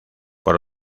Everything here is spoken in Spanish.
por